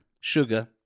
Sugar